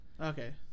Okay